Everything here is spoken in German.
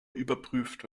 überprüft